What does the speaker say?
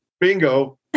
Bingo